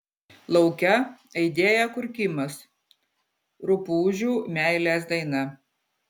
lauke aidėjo kurkimas rupūžių meilės daina